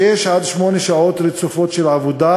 שש עד שמונה שעות רצופות של עבודה,